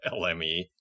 lme